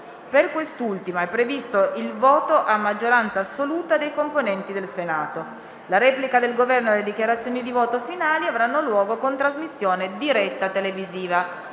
Per quest'ultima è previsto il voto a maggioranza assoluta dei componenti del Senato. La replica del Governo e le dichiarazioni di voto finale avranno luogo con trasmissione diretta televisiva.